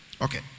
Okay